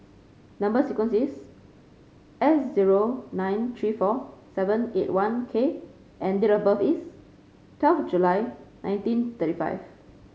number sequence is S zero nine three four seven eight one K and date of birth is twelve July nineteen thirty five